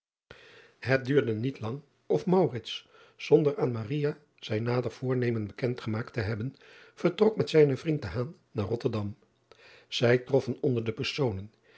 et duurde niet lang of zonder aan zijn nader voornemen bekend gemaakt te hebben vertrok met zijnen vriend naar otterdam ij troffen onder de personen